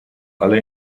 alle